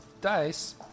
Dice